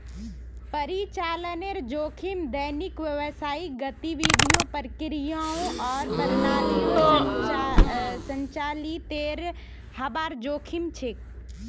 परिचालनेर जोखिम दैनिक व्यावसायिक गतिविधियों, प्रक्रियाओं आर प्रणालियोंर संचालीतेर हबार जोखिम छेक